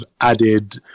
added